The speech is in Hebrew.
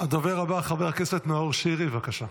הדובר הבא, חבר הכנסת נאור שירי, בבקשה.